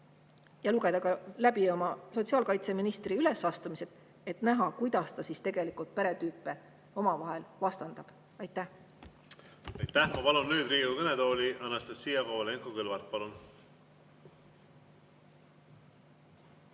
ja lugeda ka läbi oma sotsiaalkaitseministri ülesastumised, et näha, kuidas ta tegelikult peretüüpe omavahel vastandab. Aitäh! Aitäh! Ma palun nüüd Riigikogu kõnetooli Anastassia Kovalenko-Kõlvarti. Palun!